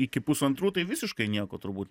iki pusantrų tai visiškai nieko turbūt